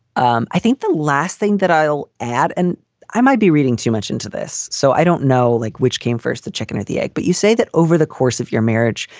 um i think the last thing that i'll add and i might be reading too much into this, so i don't know, like which came first, the chicken or the egg. but you say that over the course of your marriage,